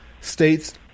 states